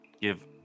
give